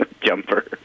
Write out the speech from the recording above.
jumper